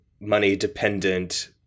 money-dependent